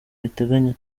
riteganya